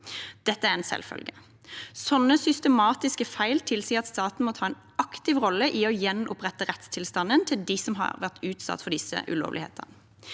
Dette er en selvfølge. Slike systematiske feil tilsier at staten må ta en aktiv rolle i å gjenopprette rettstilstanden til dem som har vært utsatt for disse ulovlighetene.